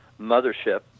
mothership